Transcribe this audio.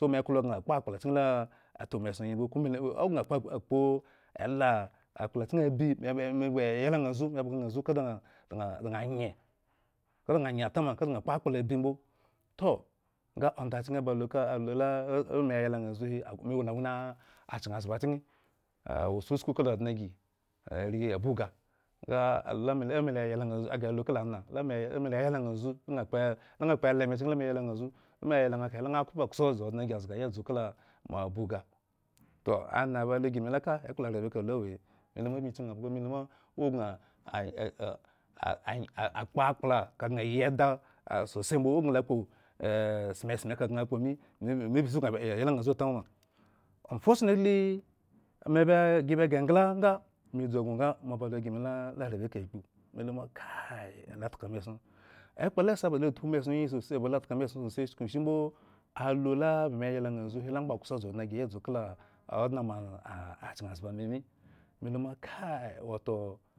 Toh. Me klo dŋa kpo akpla chken la atpu me eson ayi mba, kumela-o gŋa ta akpuela akplchken abi me-me gba yla ŋhaanzu, me bhga ŋha andzu ka dŋa-dŋa anyeh, ka da. ŋha. nye atoma ka daŋha kpo. akpla abi mbo. toh nga ond achken ba lu ka. a hu la me. oyla ŋha anzu hi me wola woni achkenzaba kyinn. awo susku kala odŋe gi. arii abuga, nga alu lame o me la yla ŋha anz- aghre. ya lu kala ŋha lame, lame. yla ŋha anzu la ŋha kpe, la kpe la kpo ela emachken la me yla. ŋha nzu. la me. yla ŋla ekahe la ŋha ba kso dzu odŋe gi zga yi adzu mo abuga toh. aŋha ba lu ygi me laka ekpla arabeka lu awo he, me. luma ma bmi kyun hame. luma o ban akpoakpla ka gŋa yi eda a sose mbo. ogŋa la kpo sme-sme ka gŋa kpo mi, meme ba suknu yla ŋha. anzu ta moma unfortunatly me ba. egi ba. ghre engla nga, me dzu egŋo ngo mo ba hu ygi me. La arabeka akpu, me lu ma kai a lo tkame eson ekpla la sa ba lo tpu me eson. ayi. sose, otka me eson sose chukushimbo alu la ba me yla ŋha anzu hi, la ŋha ba kso dzu odŋe gi yi adzu kala